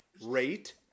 rate